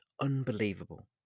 unbelievable